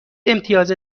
امتیاز